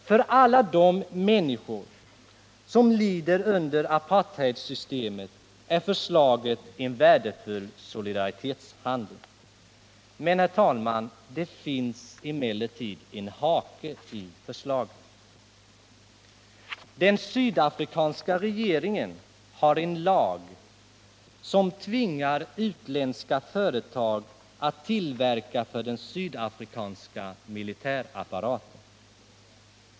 För alla de människor som lider under apartheidsystemet är förslaget en värdefull solidaritetshandling. Men, herr talman, det finns en hake i förslaget. Den sydafrikanska regeringen har en lag som tvingar utländska företag att tillverka för den sydafrikanska militärapparaten.